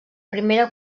primera